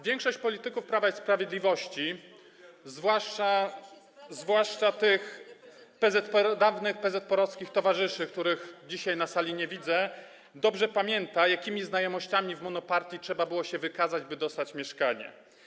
Większość polityków Prawa i Sprawiedliwości, zwłaszcza tych dawnych PZPR-owskich towarzyszy, których dzisiaj na sali nie widzę, dobrze pamięta, jakimi znajomościami w monopartii trzeba było się wykazać, by dostać mieszkanie.